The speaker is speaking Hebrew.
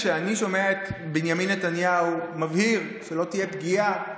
כשאני שומע את בנימין נתניהו מבהיר שלא תהיה פגיעה,